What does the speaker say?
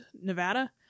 nevada